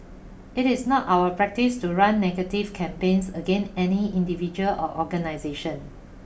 it is not our practice to run negative campaigns again any individual or organisation